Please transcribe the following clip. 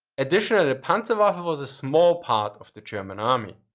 additionally, the panzerwaffe was a small part of the german army.